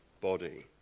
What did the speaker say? body